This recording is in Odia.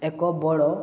ଏକ ବଡ଼